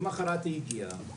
למחרת היא הגיעה.